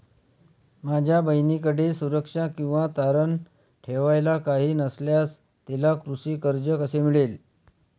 माझ्या बहिणीकडे सुरक्षा किंवा तारण ठेवायला काही नसल्यास तिला कृषी कर्ज कसे मिळेल?